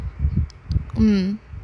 mm